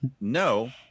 No